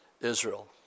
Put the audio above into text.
Israel